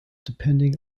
depending